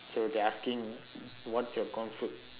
so they asking what's your comfort